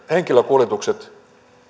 henkilökuljetukset